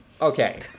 Okay